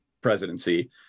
presidency